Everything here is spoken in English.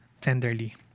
tenderly